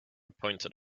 pointed